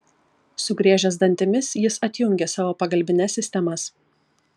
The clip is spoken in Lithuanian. sugriežęs dantimis jis atjungė savo pagalbines sistemas